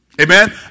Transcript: Amen